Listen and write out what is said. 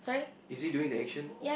is he during the action